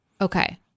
Okay